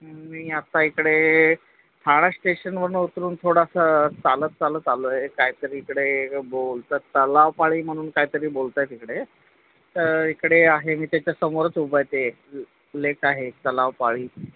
मी आत्ता इकडे ठाणा स्टेशनवरनं उतरून थोडासा चालत चालत आलो आहे कायतरी इकडे बोलतात तलावपाळी म्हणून कायतरी बोलत आहेत इकडे तर इकडे आहे मी त्याच्यासमोरच उभा आहे ते लेक आहे तलावपाळी